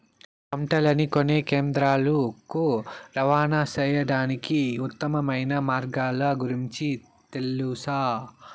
పంటలని కొనే కేంద్రాలు కు రవాణా సేయడానికి ఉత్తమమైన మార్గాల గురించి తెలుసా?